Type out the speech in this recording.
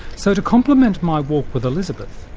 so to complement my walk with elizabeth,